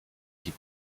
die